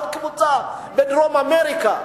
עוד קבוצה בדרום אמריקה.